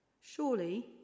Surely